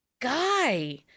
guy